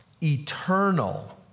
eternal